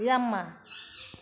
Yamaha